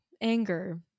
anger